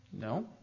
No